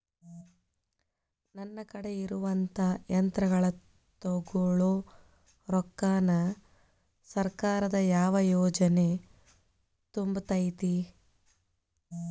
ನನ್ ಕಡೆ ಇರುವಂಥಾ ಯಂತ್ರಗಳ ತೊಗೊಳು ರೊಕ್ಕಾನ್ ಸರ್ಕಾರದ ಯಾವ ಯೋಜನೆ ತುಂಬತೈತಿ?